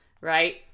right